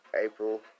April